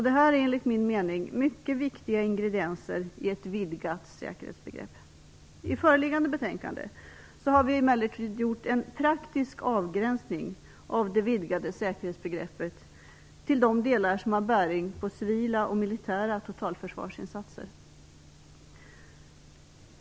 Detta är enligt min mening mycket viktiga ingredienser i ett vidgat säkerhetsbegrepp. I föreliggande betänkande har vi emellertid gjort en praktisk avgränsning av det vidgade säkerhetsbegreppet till de delar som har bäring på civila och militära totalförsvarsinsatser.